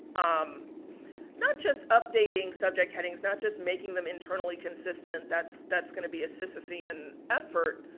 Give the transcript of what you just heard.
um not just updating subject headings not just making them internally consistent, that's that's going to be a sisyphean effort,